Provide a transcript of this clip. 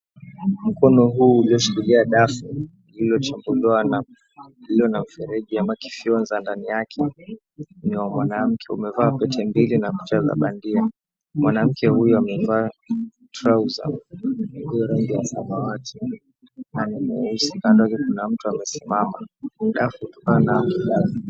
Mkono huu ulioshikilia dafu lililochambuliwa na lililo na mferegi ama kifionza ndani yake ni wa mwanamke, umevaa pete mbili na kucheza bandia. Mwanamke huyu amevaa trouser rangi ya samawati na ni mweusi. Kando yake kuna mtu amesimama dafu tukawa na...